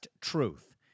Truth